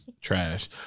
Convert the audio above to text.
trash